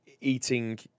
eating